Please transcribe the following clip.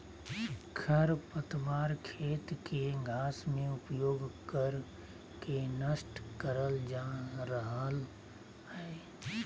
खरपतवार खेत के घास में उपयोग कर के नष्ट करल जा रहल हई